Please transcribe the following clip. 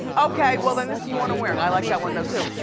okay, well then this is the one i'm wearing, i like that one though too.